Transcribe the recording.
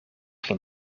geen